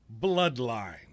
Bloodline